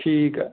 ਠੀਕ ਹੈ